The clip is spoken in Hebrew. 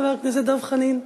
חבר הכנסת דב חנין.